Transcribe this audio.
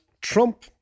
Trump